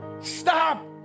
Stop